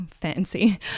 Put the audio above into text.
fancy